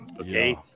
okay